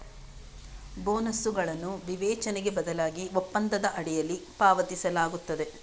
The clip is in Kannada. ಬೋನಸುಗಳನ್ನು ವಿವೇಚನೆಗೆ ಬದಲಾಗಿ ಒಪ್ಪಂದದ ಅಡಿಯಲ್ಲಿ ಪಾವತಿಸಲಾಗುತ್ತದೆ